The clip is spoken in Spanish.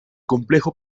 complejo